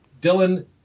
Dylan